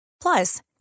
Plus